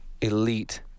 elite